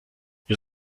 ihr